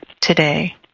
today